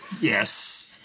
Yes